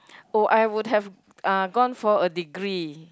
oh I would have uh gone for a degree